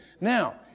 Now